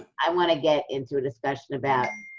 i want to get into a discussion about,